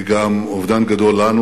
היא גם אובדן גדול לנו,